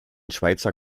schweizer